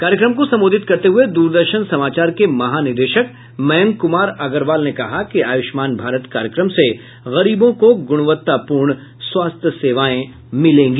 कार्यक्रम को संबोधित करते हुए दूरदर्शन समाचार के महानिदेशक मयंक कुमार अग्रवाल ने कहा कि आयुष्मान भारत कार्यक्रम से गरीबों को गुणवत्तापूर्ण स्वास्थ्य सेवाएं मिलेंगी